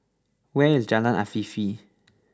where is Jalan Afifi